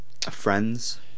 Friends